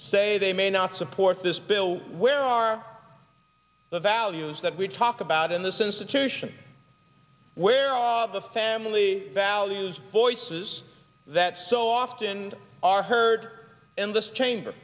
say they may not support this bill where are the values that we talk about in this institution where all the family values voices that so often are heard in this chamber